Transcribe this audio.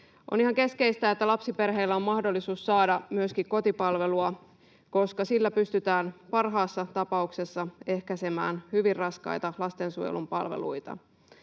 ihan keskeistä, että lapsiperheillä on mahdollisuus saada myöskin kotipalvelua, koska sillä pystytään parhaassa tapauksessa ehkäisemään hyvin raskaita lastensuojelun palveluita.